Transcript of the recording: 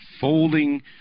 folding